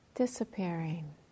Disappearing